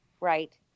right